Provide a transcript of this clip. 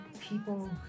people